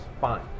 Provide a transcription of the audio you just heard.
fine